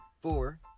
Four